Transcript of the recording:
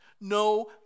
no